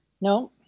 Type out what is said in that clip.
No